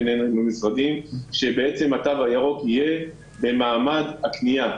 המשרדים לפיה התו הירוק יהיה במעמד הקנייה.